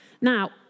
Now